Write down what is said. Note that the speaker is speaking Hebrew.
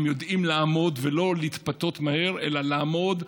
הם יודעים לעמוד ולא להתפתות מהר אלא לעמוד.